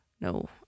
No